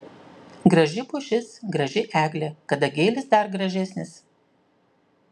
graži pušis graži eglė kadagėlis dar gražesnis